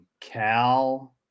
Cal